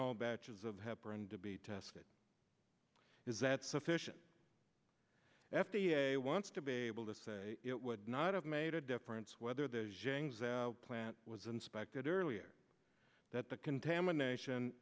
all batches of heparin to be tested is that sufficient f d a wants to be able to say it would not have made a difference whether the plant was inspected earlier that the contamination